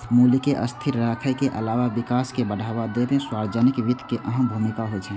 मूल्य कें स्थिर राखै के अलावा विकास कें बढ़ावा दै मे सार्वजनिक वित्त के अहम भूमिका होइ छै